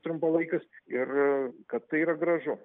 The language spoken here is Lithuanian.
trumpalaikius ir kad tai yra gražu